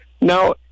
Now